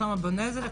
שלמה בן עזרא,